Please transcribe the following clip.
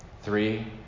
Three